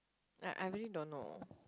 I I really don't know